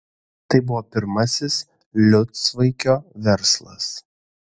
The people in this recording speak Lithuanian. tai buvo pirmasis liucvaikio verslas